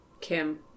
Kim